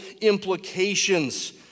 implications